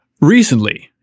Recently